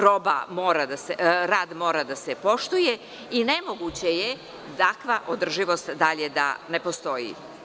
Rad mora da se poštuje i nemoguće je takva održivost dalje da ne postoji.